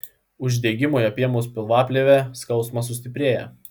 uždegimui apėmus pilvaplėvę skausmas sustiprėja